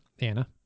Anna